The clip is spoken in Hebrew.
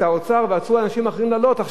האוצר ועצרו אנשים אחרים מלהעלות מחירים,